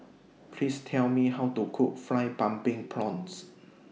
Please Tell Me How to Cook Fried Pumpkin Prawns